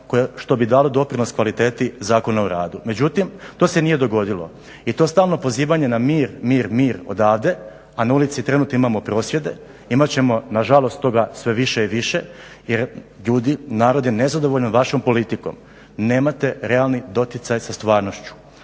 što bi dalo doprinos kvaliteti Zakona o radu. Međutim, to se nije dogodilo. I to stalno pozivanje na mir, mir, mir odavde, a na ulici trenutno imamo prosvjede imat ćemo na žalost toga sve više i više. Jer ljudi, narod je nezadovoljan vašom politikom. Nemate realni doticaj sa stvarnošću.